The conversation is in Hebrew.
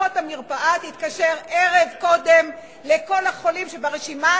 אחות המרפאה תתקשר ערב קודם לכל החולים שברשימה,